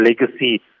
legacy